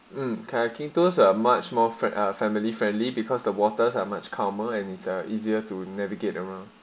um characters are much more for family friendly because the waters are much calmer and it's easier to navigate around